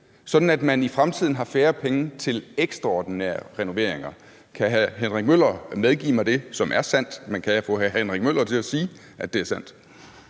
sådan at man i fremtiden har færre penge til ekstraordinære renoveringer. Kan hr. Henrik Møller medgive mig det, som er sandt? Men kan jeg få hr. Henrik Møller til at sige, at det er sandt?